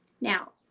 now